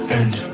end